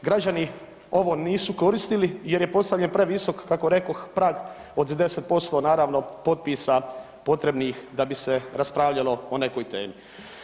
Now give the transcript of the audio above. Građani nisu ovo koristili jer je postavljen previsok kako rekoh prag od 10% naravno potpisa potrebnih da bi se raspravljalo o nekoj temi.